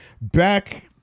back